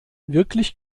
wirklich